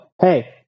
Hey